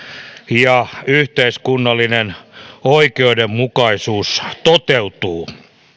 ja yhteiskunnallinen oikeudenmukaisuus toteutuu